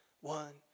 One